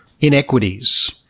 inequities